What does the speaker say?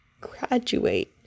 graduate